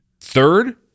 Third